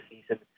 season